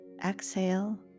Exhale